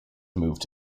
moved